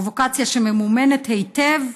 פרובוקציה שממומנת היטב?